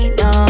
no